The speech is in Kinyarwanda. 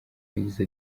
yagize